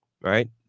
right